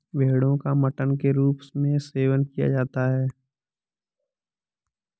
भेड़ो का मटन के रूप में सेवन किया जाता है